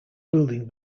building